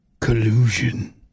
Collusion